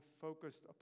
focused